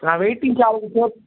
நான் வெயிட்டிங் சார்ஜை சேர்த்து